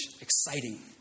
exciting